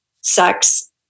sex